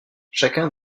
chacun